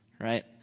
Right